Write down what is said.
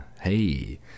hey